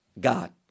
God